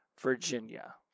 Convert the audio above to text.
Virginia